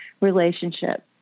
relationship